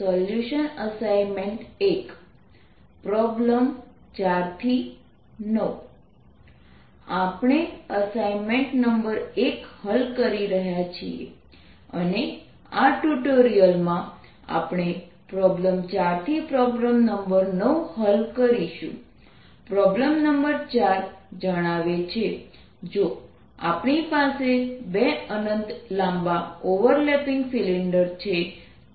solution assignment 1 problem 4 9 આપણે assignment number 1 હલ કરી રહ્યા છીએ અને આ ટ્યુટોરીયલ માં આપણે પ્રોબ્લેમ 4 થી પ્રોબ્લેમ નંબર 9 હલ કરીશું પ્રોબ્લેમ નંબર 4 જણાવે છે જો આપણી પાસે 2 અનંત લાંબા ઓવરલેપિંગ સિલિન્ડર છે